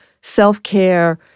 self-care